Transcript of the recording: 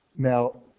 Now